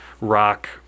rock